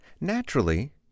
Naturally